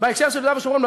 בהקשר של יהודה ושומרון,